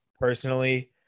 personally